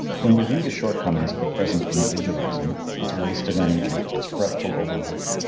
when we view the shortcomings of the present individualism, its waste of energy, its fretful overwork,